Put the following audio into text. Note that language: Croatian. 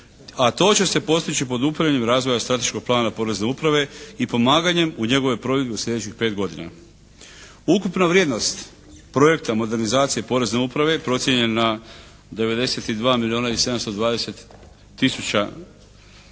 a to će se postići pod upravljanjem razvoja strateškog plana Porezne uprave i pomaganjem u njegovoj provedbi u slijedećih pet godina. Ukupna vrijednost projekta modernizacije Porezne uprave procijenjena 92 milijuna i 720 tisuća